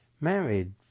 married